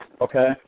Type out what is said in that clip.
Okay